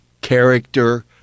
character